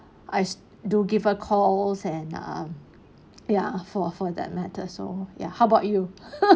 I do give her call and um ya for for that matter so ya how about you